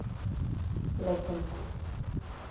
लैकन को